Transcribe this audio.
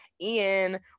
Ian